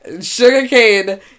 Sugarcane